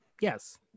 Yes